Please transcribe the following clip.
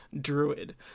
druid